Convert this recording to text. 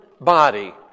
body